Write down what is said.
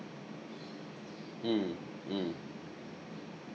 mm mm